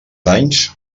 anys